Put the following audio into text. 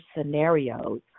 scenarios